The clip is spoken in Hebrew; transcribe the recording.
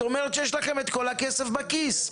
כלומר, יש לכם את כל הכסף בכיס.